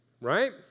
right